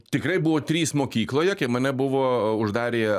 tikrai buvo trys mokykloje kai mane buvo uždarę